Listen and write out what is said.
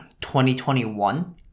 2021